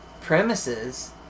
premises